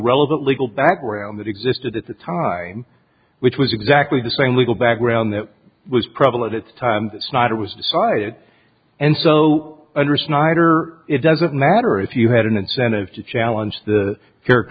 relevant legal background that existed at the time which was exactly the same legal background that was prevalent at the time snyder was decided and so under snyder it doesn't matter if you had an incentive to challenge the